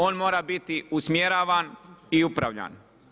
On mora biti usmjeravan i upravljan.